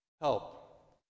help